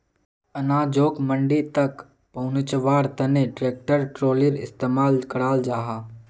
अनाजोक मंडी तक पहुन्च्वार तने ट्रेक्टर ट्रालिर इस्तेमाल कराल जाहा